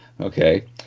okay